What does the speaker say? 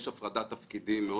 יש הפרדת תפקידים.